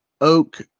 Oak